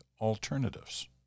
alternatives